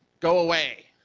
go away,